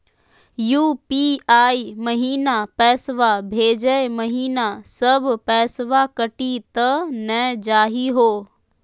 UPI महिना पैसवा भेजै महिना सब पैसवा कटी त नै जाही हो?